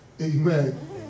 Amen